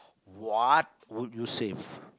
what would you save